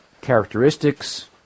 characteristics